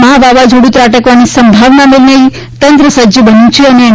મહાવાવાઝોડું ત્રાટકવાની સંભાવનાને લઇને તંત્ર સજ્જ બન્યું છે અને એન